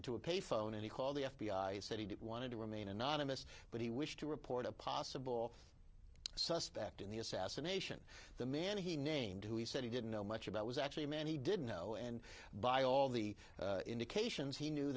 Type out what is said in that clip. into a payphone any call the f b i said he wanted to remain anonymous but he wished to report a possible suspect in the assassination the man he named who he said he didn't know much about was actually a man he didn't know and by all the indications he knew